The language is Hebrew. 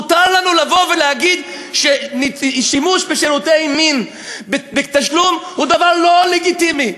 מותר לנו לבוא ולהגיד ששימוש בשירותי מין בתשלום הוא דבר לא לגיטימי.